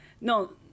No